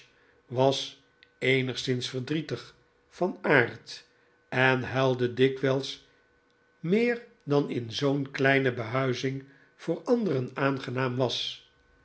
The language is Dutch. was eenigszins verdrietig van aard en huilde dikwijls meer dan in zoo'n kleine behuizing voor anderen aangenaam was